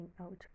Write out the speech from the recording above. out